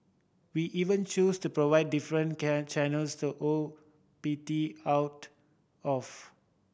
we even choose to provide different can channels to O P T out of